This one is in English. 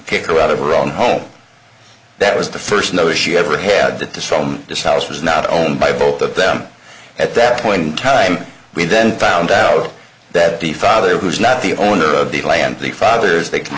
kick her out of her own home that was the first no she ever had that this film this house was not owned by both of them at that point in time we then found out that the father who is not the owner of the land the father's the c